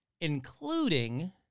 including